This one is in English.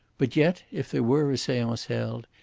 but yet, if there were a seance held,